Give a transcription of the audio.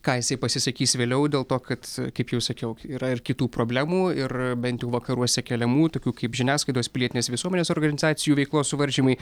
ką jisai pasisakys vėliau dėl to kad kaip jau sakiau yra ir kitų problemų ir bent jau vakaruose keliamų tokių kaip žiniasklaidos pilietinės visuomenės organizacijų veiklos suvaržymai